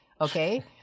Okay